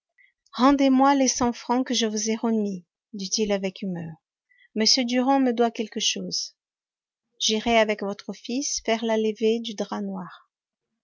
rendez-moi les cent francs que je vous ai remis dit-il avec humeur m durand me doit quelque chose j'irai avec votre fils faire la levée du drap noir